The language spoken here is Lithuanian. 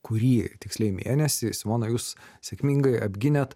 kurį tiksliai mėnesį simona jūs sėkmingai apgynėt